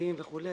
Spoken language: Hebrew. חגים וכו',